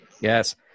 Yes